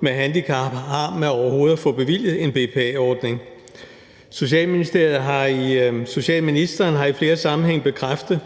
med handicap har med overhovedet at få bevilget en BPA-ordning. Socialministeren har i flere sammenhænge bekræftet,